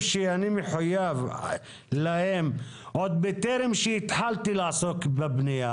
אוסאמה לא ביקש רוויזיה,